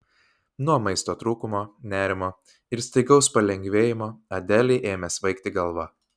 nuo maisto trūkumo nerimo ir staigaus palengvėjimo adelei ėmė svaigti galva